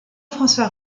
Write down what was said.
francois